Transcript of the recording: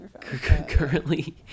Currently